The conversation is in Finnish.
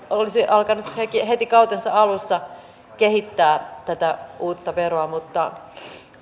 olisi alkanut heti kautensa alussa kehittämään tätä uutta veroa mutta